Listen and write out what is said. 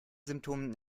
symptomen